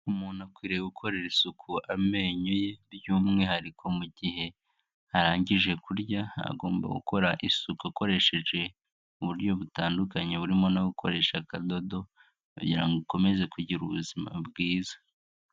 Umuntu akwiriye gukorera isuku amenyo ye by'umwihariko mu gihe arangije kurya, agomba gukora isuku akoresheje uburyo butandukanye burimo no gukoresha akadodo kugira ngo ukomeze kugira ubuzima bwiza.